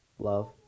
Love